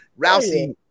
Rousey